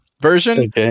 version